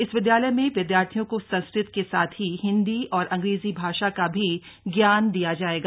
इस विदयालय में विद्यार्थियों को संस्कृत के साथ ही हिंदी और अंग्रेजी भाषा का भी ज्ञान दिया जाएगा